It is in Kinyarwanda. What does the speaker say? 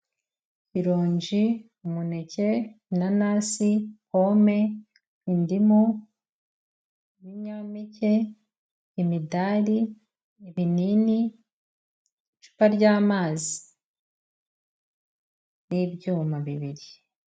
Irongi, umuneke, inanasi, pome, indimu, ibinyampeke, imidari, ibinini, icupa ry'amazi n'ibyuma bibiri.